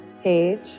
page